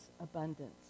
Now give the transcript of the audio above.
abundance